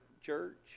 church